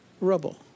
rubble